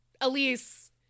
Elise